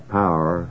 power